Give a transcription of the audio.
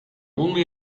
only